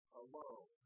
alone